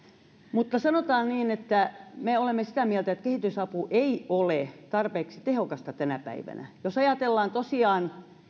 mutta sanotaan niin että me olemme sitä mieltä että kehitysapu ei ole tarpeeksi tehokasta tänä päivänä jos ajatellaan tosiaan